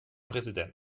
präsident